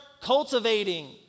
cultivating